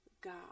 God